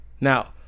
Now